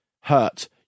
hurt